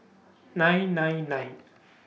nine nine nine